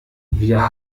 wir